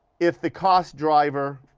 if the cost driver